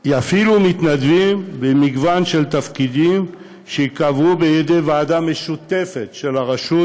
יפעילו מתנדבים במגוון של תפקידים שייקבעו בוועדה משותפת של הרשות,